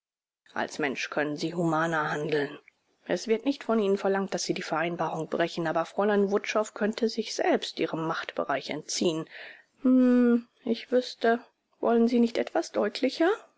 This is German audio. als mensch können sie humaner handeln es wird nicht von ihnen verlangt daß sie die vereinbarung brechen aber fräulein wutschow könnte sich selbst ihrem machtbereich entziehen hm ich wüßte wollen sie nicht etwas deutlicher